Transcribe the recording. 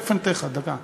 תכף אני אתן לך, דקה.